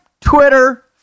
Twitter